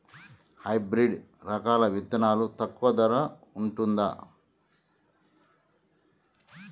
Hybrid రకాల విత్తనాలు తక్కువ ధర ఉంటుందా?